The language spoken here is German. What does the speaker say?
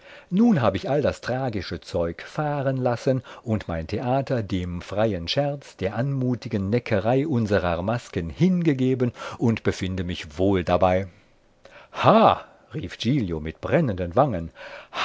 nun hab ich all das tragische zeug fahren lassen und mein theater dem freien scherz der anmutigen neckerei unserer masken hingegeben und befinde mich wohl dabei ha rief giglio mit brennenden wangen